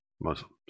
Muslims